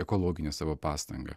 ekologinę savo pastangą